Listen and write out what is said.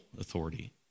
authority